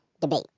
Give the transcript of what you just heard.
debate